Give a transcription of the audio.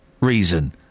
reason